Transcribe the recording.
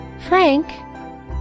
Frank